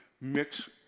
mix